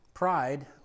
Pride